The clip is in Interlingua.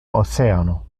oceano